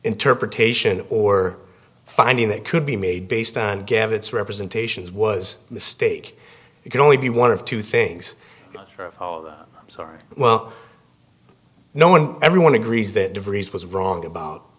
interpretation or finding that could be made based on gadgets representations was a mistake it can only be one of two things i'm sorry well no one everyone agrees that degrees was wrong about